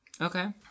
Okay